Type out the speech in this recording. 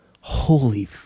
holy